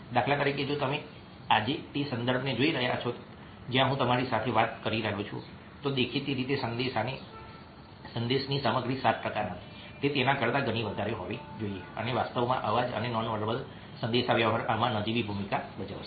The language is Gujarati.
દાખલા તરીકે જો તમે આજે તે સંદર્ભને જોઈ રહ્યા છો જ્યાં હું તમારી સાથે વાત કરી રહ્યો છું તો દેખીતી રીતે સંદેશની સામગ્રી 7 ટકા નથી તે તેના કરતા ઘણી વધારે હોવી જોઈએ અને વાસ્તવમાં અવાજ અને નોનવેર્બલ સંદેશાવ્યવહાર આમાં નજીવી ભૂમિકા ભજવશે